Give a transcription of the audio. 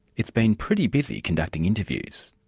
it's been pretty busy conducting interviews.